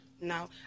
No